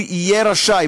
יהיה רשאי,